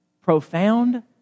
profound